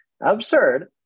absurd